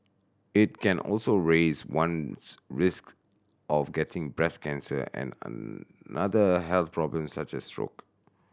it can also raise one's risk of getting breast cancer and another health problems such as stroke